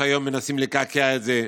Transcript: שהיום מנסים לקעקע את זה,